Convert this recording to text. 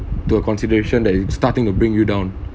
to a consideration that you starting to bring you down